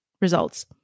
results